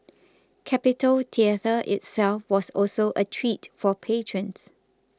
Capitol Theatre itself was also a treat for patrons